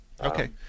Okay